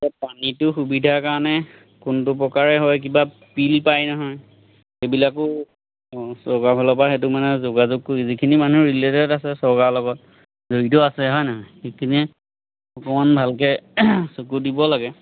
পানীটো সুবিধাৰ কাৰণে কোনটো প্ৰকাৰে হয় কিবা পিল পাই নহয় সেইবিলাকো চৰকাৰফালৰপৰা সেইটো মানে যোগাযোগটো যিখিনি মানুহ ৰিলেটেড আছে চৰকাৰ লগত জড়িত আছে হয় নহয় সেইখিনিয়ে অকণমান ভালকৈ চকু দিব লাগে